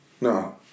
No